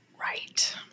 Right